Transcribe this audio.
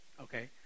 Okay